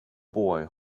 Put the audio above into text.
boy